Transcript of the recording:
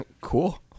Cool